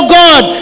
god